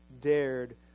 dared